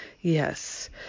Yes